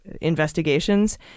investigations